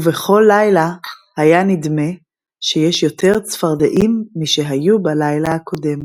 ובכל לילה היה נדמה שיש יותר צפרדעים משהיו בלילה הקודם.